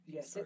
Yes